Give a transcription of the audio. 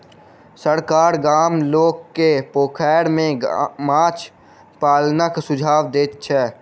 सरकार गामक लोक के पोखैर में माछ पालनक सुझाव दैत छै